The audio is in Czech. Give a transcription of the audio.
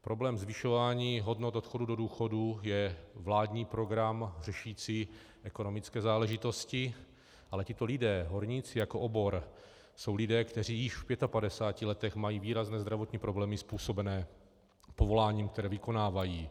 Problém zvyšování hodnot odchodu do důchodu je vládní program řešící ekonomické záležitosti, ale tito lidé jako obor jsou lidé, kteří již v 55 letech mají výrazné zdravotní problémy způsobené povoláním, které vykonávají.